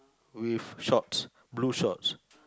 with shorts blue shorts